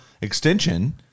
extension